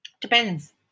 Depends